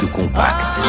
compact